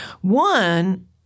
One